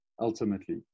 Ultimately